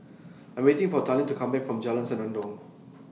I'm waiting For Talen to Come Back from Jalan Senandong